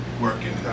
working